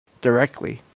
directly